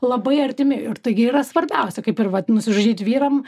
labai artimi ir tai gi yra svarbiausia kaip ir vat nusižudyti vyram